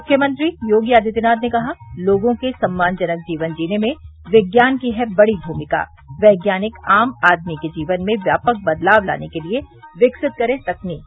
मुख्यमंत्री योगी आदित्यनाथ ने कहा लोगों के सम्मानजनक जीवन जीने में विज्ञान की है बड़ी भूमिका वैज्ञानिक आम आदमी के जीवन में व्यापक बदलाव लाने के लिए विकसित करे तकनीक